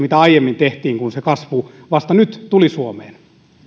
mitä aiemmin tehtiin kun se kasvu vasta nyt tuli suomeen